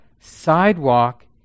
sidewalk